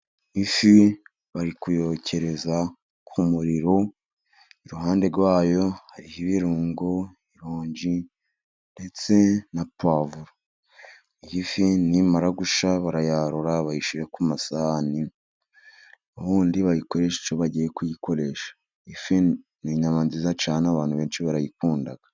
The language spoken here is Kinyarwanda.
Ifi bari kuyokereza ku muriro, iruhande rwayo hariho ibirungo, ironji ndetse na pavuro, ifi nimara gushya barayarura, bayishyire ku masahani, ubundi bayikoreshe icyo bagiye kuyikoresha. Ifi ni inyama nziza cyane, abantu benshi barayikunda.